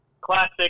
Classic